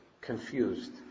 confused